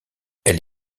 elle